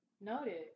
Noted